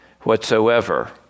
whatsoever